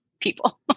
people